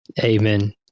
Amen